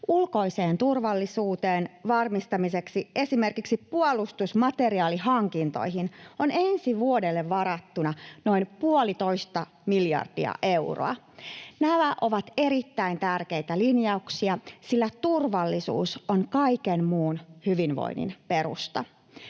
Ulkoisen turvallisuuden varmistamiseksi esimerkiksi puolustusmateriaalihankintoihin on ensi vuodelle varattuna noin 1,5 miljardia euroa. Nämä ovat erittäin tärkeitä linjauksia, sillä turvallisuus on kaiken muun hyvinvoinnin perusta.